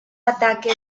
ataque